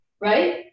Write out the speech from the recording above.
right